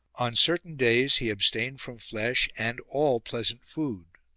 on certain days he abstained from flesh and all pleasant food.